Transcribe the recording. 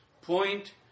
Point